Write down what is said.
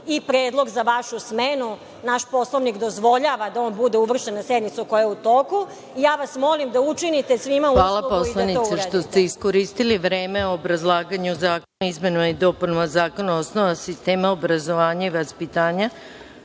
i predlog za vašu smenu. Naš Poslovnik dozvoljava da on bude uvršten na sednicu koja je u toku. Molim vas da učinite svima … **Maja Gojković** Hvala što ste iskoristili vreme u obrazlaganju Zakona o izmenama i dopunama Zakona o osnovama sistema obrazovanja i vaspitanja,